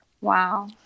Wow